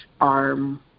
arm